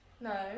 No